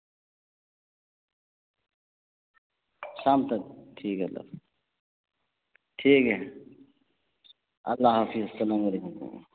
شام تک ٹھیک ہے تو ٹھیک ہے اللہ حافظ السّلام علیکم